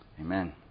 Amen